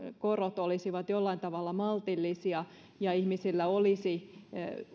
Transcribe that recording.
korot olisivat jollain tavalla maltillisia ja ihmisillä olisi